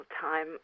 time